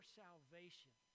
salvation